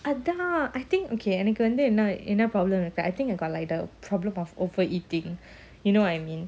sudden ah I think okay அன்னைக்குவந்துஎன்ன:annaiku vandhu enna problem I think I got like the problem of overeating you know what I mean